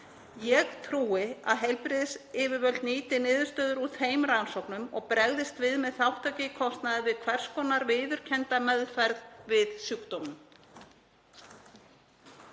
Ég trúi að heilbrigðisyfirvöld nýti niðurstöður úr þeim rannsóknum og bregðist við með þátttöku í kostnaði við hvers konar viðurkennda meðferð við sjúkdómnum.